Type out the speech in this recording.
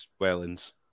Wellens